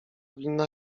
winna